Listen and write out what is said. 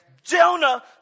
Jonah